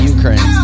Ukraine